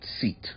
seat